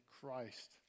Christ